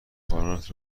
همکارانت